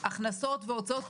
הכנסות והוצאות,